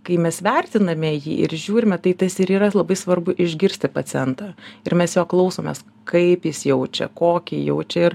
kai mes vertiname jį ir žiūrime tai tas ir yra labai svarbu išgirsti pacientą ir mes jo klausomės kaip jis jaučia kokį jaučia ir